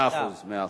מאה אחוז.